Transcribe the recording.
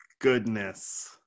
Goodness